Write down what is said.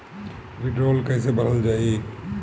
वीडरौल कैसे भरल जाइ?